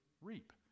Reap